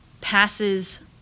passes